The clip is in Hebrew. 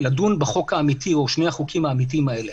יש לדון בחוק האמיתי או בשני החוקים האמיתיים האלה.